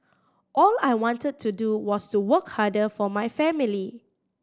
all I wanted to do was to work harder for my family